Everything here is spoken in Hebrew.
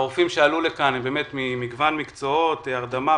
הרופאים שעלו לכאן הם ממגוון מקצועות הרדמה,